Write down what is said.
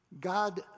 God